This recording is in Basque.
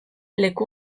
leku